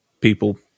people